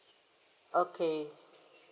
okay